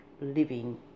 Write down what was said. living